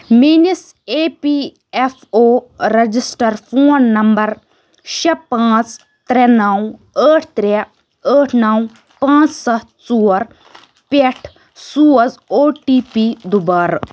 میٲنِس E P F O register phone number شےٚ پانٛژ ترٛےٚ نو ٲٹھ ترٛےٚ ٲٹھ نو پانژھ سَتھ ژور پٮ۪ٹھ سوز او ٹی پی دُبارٕ